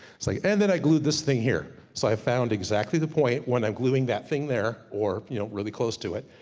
so like, and then i glue this thing here. so i found exactly the point, when i'm gluing that thing there, or you know really close to it,